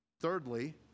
Thirdly